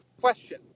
question